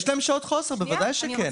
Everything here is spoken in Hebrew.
יש להן שעות חוסר, בוודאי שכן.